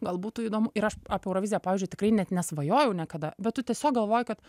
gal būtų įdomu ir aš apie euroviziją pavyzdžiui tikrai net nesvajojau niekada bet tu tiesiog galvoji kad